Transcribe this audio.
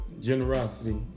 generosity